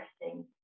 interesting